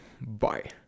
Bye